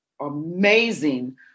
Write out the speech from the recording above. amazing